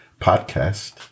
podcast